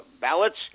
ballots